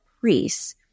priests